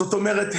זאת אומרת,